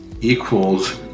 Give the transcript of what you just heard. equals